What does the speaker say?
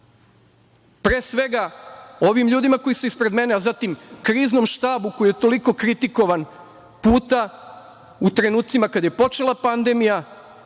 Pre svega ovim ljudima koji su ispred mene, a zatim Kriznom štabu koji je toliko puta kritikovan u trenucima kada je počela pandemija,